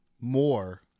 more